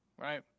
right